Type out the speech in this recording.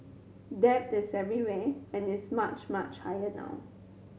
debt is everywhere and it's much much higher now